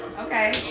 Okay